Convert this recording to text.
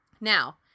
Now